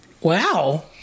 Wow